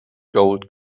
gold